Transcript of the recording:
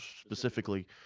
specifically